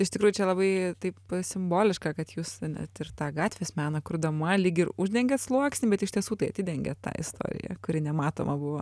iš tikrųjų čia labai taip simboliška kad jūs net ir tą gatvės meną kurdama lyg ir uždengėt sluoksnį bet iš tiesų tai atidengėt tą istoriją kuri nematoma buvo